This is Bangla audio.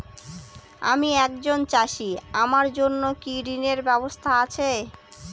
আমি একজন চাষী আমার জন্য কি ঋণের ব্যবস্থা আছে?